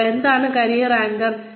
ഇപ്പോൾ എന്താണ് career anchor